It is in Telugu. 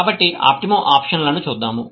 కాబట్టి ఆప్టిమోఆప్షన్లను చూద్దాం